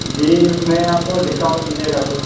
جی اس میں آپ کو ڈسکاؤنٹ ملے گا کچھ